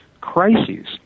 crises